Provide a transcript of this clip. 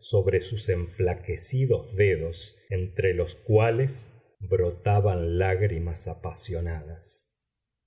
sobre sus enflaquecidos dedos entre los cuales brotaban lágrimas apasionadas